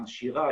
מעשירה,